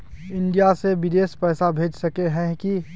India से बिदेश पैसा भेज सके है की?